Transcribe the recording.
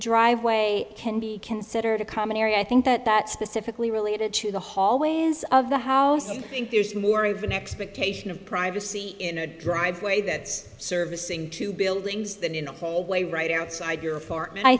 driveway can be considered a common area i think that that specifically related to the hallways of the house i think there's more of an expectation of privacy in a driveway that's servicing two buildings than in a hallway right outside your farm and i